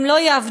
הם לא יעבדו,